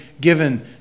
given